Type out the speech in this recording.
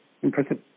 impressive